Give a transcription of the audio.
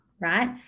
right